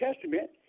Testament